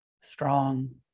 strong